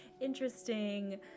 interesting